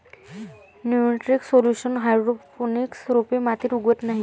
nutrient solution hydroponics रोपे मातीत उगवत नाहीत